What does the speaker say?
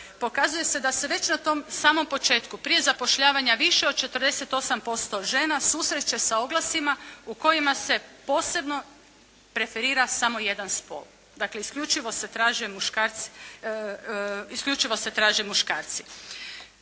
pokazuje se da se već na tom samom početku prije zapošljavanja više od 48% žena susreće sa oglasima u kojima se posebno preferira samo jedan spol. Dakle isključivo se traže muškarci.